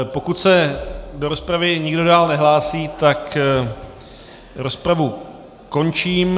Pokud se do rozpravy nikdo dále nehlásí, tak rozpravu končím.